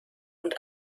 und